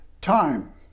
Time